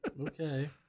Okay